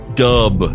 dub